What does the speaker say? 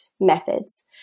methods